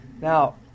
Now